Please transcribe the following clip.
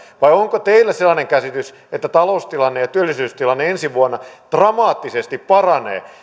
vai onko teillä sellainen käsitys että taloustilanne ja työllisyystilanne ensi vuonna dramaattisesti paranevat